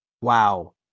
Wow